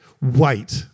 Wait